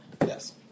Yes